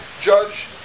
judge